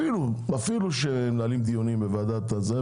אפילו שמנהלים דיונים בוועדת החוקה,